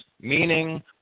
meaning